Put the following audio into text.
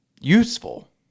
useful